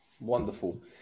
Wonderful